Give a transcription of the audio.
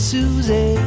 Susie